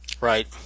right